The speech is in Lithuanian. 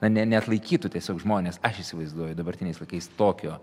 na ne neatlaikytų tiesiog žmones aš įsivaizduoju dabartiniais laikais tokio